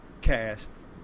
cast